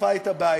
צפה את הבעיה,